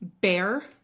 bear